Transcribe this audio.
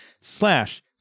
slash